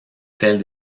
celle